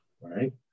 right